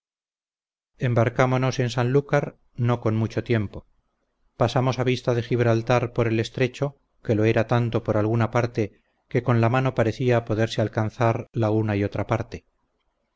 embarcámonos en sanlúcar no con mucho tiempo pasamos a vista de gibraltar por el estrecho que lo era tanto por alguna parte que con la mano parecía poderse alcanzar la una y otra parte